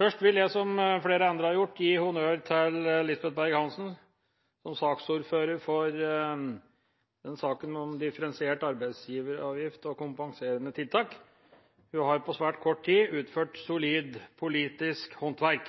Først vil jeg, som flere andre har gjort, gi honnør til Lisbeth Berg-Hansen som saksordfører for saken om differensiert arbeidsgiveravgift og kompenserende tiltak. Hun har på svært kort tid utført solid politisk håndverk.